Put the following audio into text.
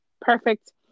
perfect